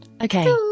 Okay